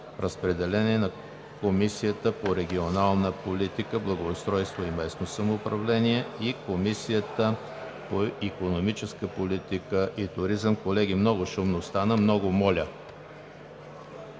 Разпределен е на Комисията по регионална политика, благоустройство и местно самоуправление и Комисията по икономическа политика и туризъм. Годишен доклад на Комисията